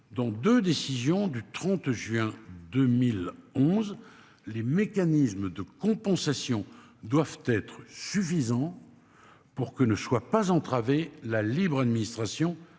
dans 2 décisions du 30 juin 2011. Les mécanismes de compensation doivent être suffisant. Pour que ne soit pas entraver la libre administration